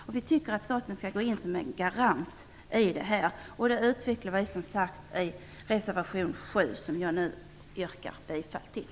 Staten bör alltså gå in som en garant, vilket vi uttrycker i reservation 7, som jag nu yrkar bifall till.